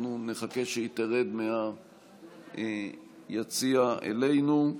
אנחנו נחכה שהיא תרד מהיציע אלינו.